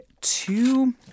two